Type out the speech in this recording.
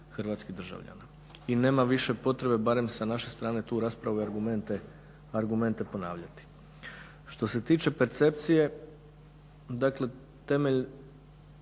hrvatskih državljana i nema više potrebe barem sa naše strane tu raspravu i te argumente ponavljati. Što se tiče percepcije dakle temelj